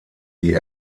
die